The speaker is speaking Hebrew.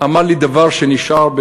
אמר לי דבר שנשאר,